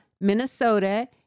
Minnesota